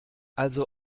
also